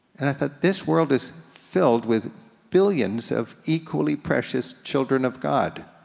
and i thought, this world is filled with billions of equally precious children of god,